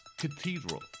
Cathedral